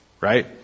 Right